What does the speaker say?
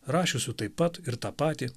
rašiusių taip pat ir tą patį